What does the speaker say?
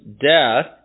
death